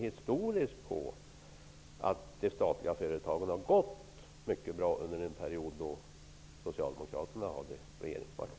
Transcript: Historiskt sett har de statliga företagen gått mycket bra under den period då Socialdemokraterna hade regeringsmakten.